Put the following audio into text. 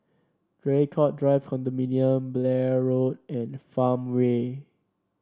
Draycott Drive Condominium Blair Road and Farmway